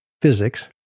physics